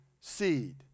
seed